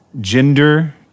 Gender